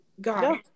God